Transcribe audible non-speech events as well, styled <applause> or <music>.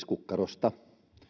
<unintelligible> kukkarosta